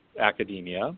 academia